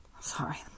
Sorry